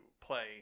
play